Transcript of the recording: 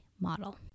model